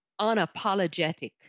unapologetic